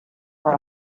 for